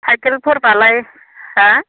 साइकेलफोरबालाय हा